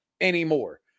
anymore